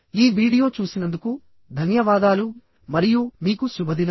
ఈ వీడియో చూసినందుకు ధన్యవాదాలు మరియు మీకు శుభదినం